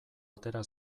atera